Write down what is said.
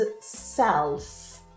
self